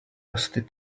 rusty